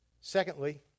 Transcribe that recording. Secondly